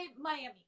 miami